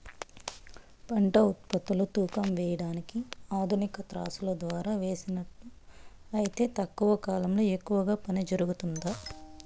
పంట ఉత్పత్తులు తూకం వేయడానికి ఆధునిక త్రాసులో ద్వారా వేసినట్లు అయితే తక్కువ కాలంలో ఎక్కువగా పని జరుగుతుందా?